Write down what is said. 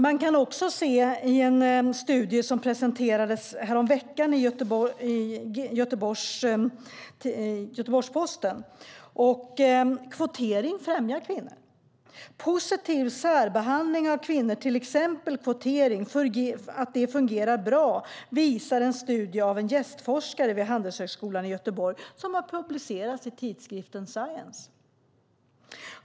Man kan också se i en studie som presenterades häromveckan i Göteborgs-Posten att kvotering främjar kvinnor. Positiv särbehandling av kvinnor, till exempel kvotering, fungerar bra, visar en studie av en gästforskare vid Handelshögskolan i Göteborg som har publicerats i tidskriften Science.